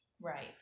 Right